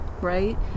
right